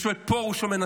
יש פה את פרוש המנצח,